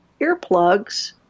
earplugs